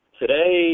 today